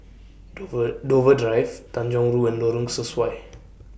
Dover Dover Drive Tanjong Rhu and Lorong Sesuai